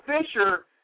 Fisher